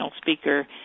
speaker